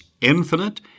infinite